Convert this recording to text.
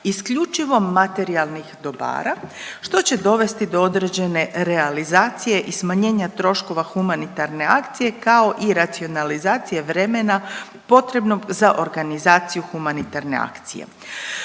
isključivo materijalnih dobara što će dovesti do određene realizacije i smanjenja troškove humanitarne akcije kao i racionalizacije vremena potrebnog za organizaciju humanitarne akcije.